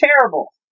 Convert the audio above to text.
terrible